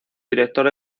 director